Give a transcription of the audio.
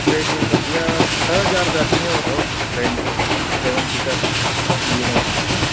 टे ॾींहं त भैया छह हज़ार रुपया ॾींहं जो अथव रेंट हा सेवन सीटर मिली वेंदव तव्हांखे